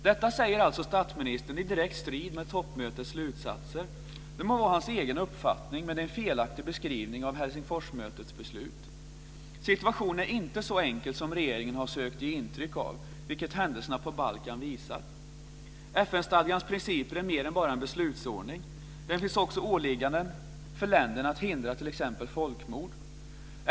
Detta säger alltså statsministern i direkt strid med toppmötets slutsatser. Det må vara hans egen uppfattning, men det är en felaktig beskrivning av Helsingforsmötets beslut. Situationen är inte så enkel som regeringen har försökt att ge intryck av, vilket händelserna på Balkan visar. FN-stadgans principer är mer än bara en beslutsordning. Det finns också åligganden för länderna att hindra t.ex. folkmord.